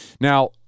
Now